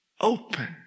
open